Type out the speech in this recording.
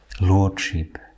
lordship